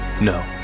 No